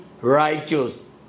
righteous